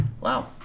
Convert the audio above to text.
Wow